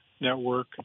network